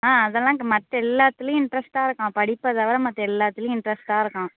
ஆ அதெல்லாம் மற்ற எல்லாத்திலேயும் இன்ட்ரெஸ்ட்டாயிருக்கான் படிப்பை தவிர மற்ற எல்லாத்திலேயும் இன்ட்ரெஸ்ட்டாயிருக்கான்